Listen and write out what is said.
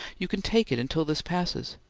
you can take it until this passes.